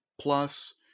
plus